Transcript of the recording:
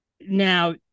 now